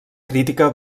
crítica